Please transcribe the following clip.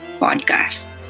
podcast